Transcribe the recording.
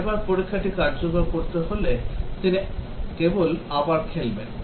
পরের বার পরীক্ষাটি কার্যকর করতে হবে তিনি কেবল আবার খেলবেন